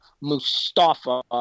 Mustafa